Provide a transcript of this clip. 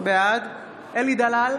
בעד אלי דלל,